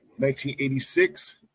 1986